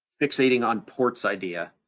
fixating on ports idea,